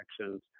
actions